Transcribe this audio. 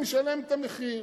משלם את המחיר.